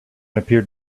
appeared